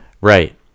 right